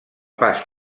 pas